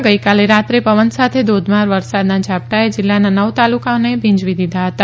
ભરૂય જીલ્લામાં ગઇકાલે રાત્રે પવન સાથે ધોધમાર વરસાદના ઝાપટાએ જીલ્લાના નવ તાલુકાઓને ભીંજવી દીધા હતા